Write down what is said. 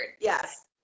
yes